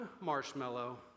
marshmallow